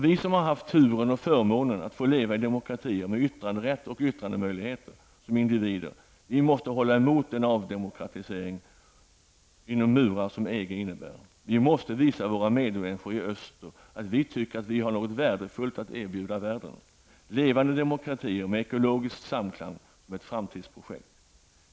Vi som har haft turen och förmånen att få leva i demokratier med yttranderätt och yttrandemöjligheter som individer måste hålla emot den avdemokratisering inom murar som EG innebär. Vi måste visa våra medmänniskor i öster att vi tycker att vi har något värdefullt att erbjuda världen: levande demokratier med ekologisk samklang somett framtidsprojekt.